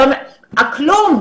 כלום.